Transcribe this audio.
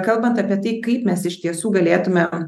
kalbant apie tai kaip mes iš tiesų galėtumėm